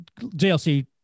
JLC